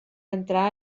entrar